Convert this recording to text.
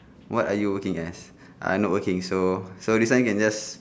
what are you working as I not working so so this one can just